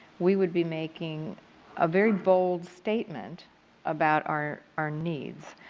we would be making a very bold statement about our our needs.